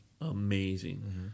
amazing